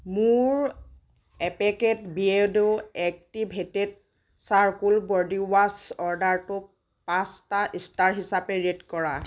মোৰ এপেকেট Beardo activated charcoal body wash অৰ্ডাৰটোক পাঁচটা ষ্টাৰ হিচাপে ৰেট কৰা